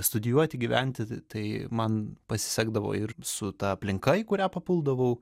studijuoti gyventi tai man pasisekdavo ir su ta aplinka į kurią papuldavau